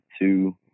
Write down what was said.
two